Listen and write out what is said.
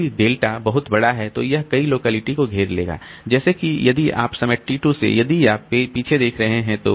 यदि डेल्टा बहुत बड़ा है तो यह कई लोकेलिटी को घेर लेगा जैसे कि यदि आप समय t 2 से यदि आप पीछे देख रहे हैं तो